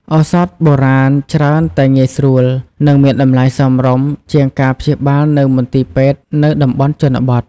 ឱសថបុរាណច្រើនតែងាយស្រួល និងមានតម្លៃសមរម្យជាងការព្យាបាលនៅមន្ទីរពេទ្យនៅតំបន់ជនបទ។